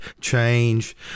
change